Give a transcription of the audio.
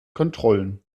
kontrollen